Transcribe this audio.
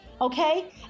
okay